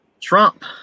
Trump